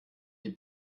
die